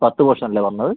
പത്ത് പോർഷനല്ലേ പറഞ്ഞത്